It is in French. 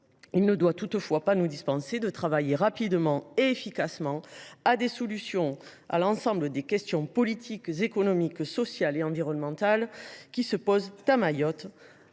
Il ne doit toutefois pas nous dispenser de réfléchir rapidement et efficacement à des solutions à l’ensemble des questions politiques, économiques, sociales et environnementales qui se posent à Mayotte,